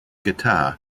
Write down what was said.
guitar